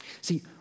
See